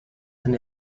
then